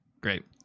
Great